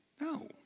No